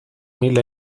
mil